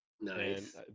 Nice